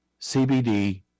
CBD